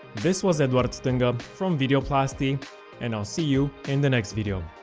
this was eduard stinga from videoplasty and i'll see you in the next video!